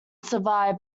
survived